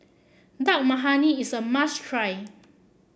Dal Makhani is a must try